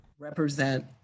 represent